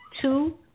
Two